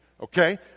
Okay